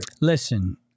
Listen